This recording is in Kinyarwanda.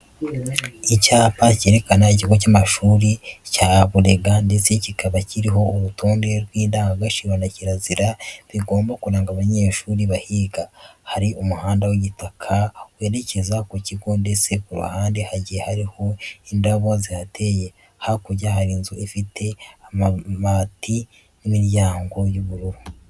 Icyapa cyerekana ikigo cy'amashuri cya Burega ndetse kikaba kiriho urutonde rw'indangagaciro na kirazira bigomba kuranga abanyeshuri bahiga. Hari umuhanda w'igitaka werekeza ku kigo ndetse ku ruhande hagiye hariho indabo zihateye. Hakurya, hari inzu ifite amati n'imiryango by'ubururu.